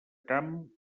camp